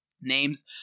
names